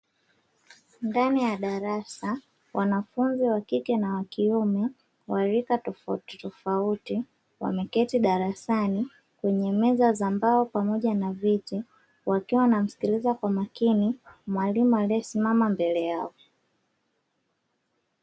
Ndani ya darasa, wanafunzi wa kike na wa kiume wa rika tofautitofauti. Wameketi darasani kwenye meza za mbao pamoja na viti. Wakiwa wanamsikiliza kwa makini, mwalimu aliyesimama mbele yao.